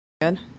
Good